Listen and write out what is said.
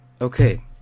okay